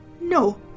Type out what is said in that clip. No